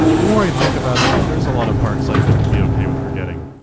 the more i think about it, there is a lot of parts i could be okay with forgetting.